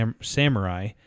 samurai